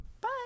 Bye